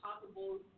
possible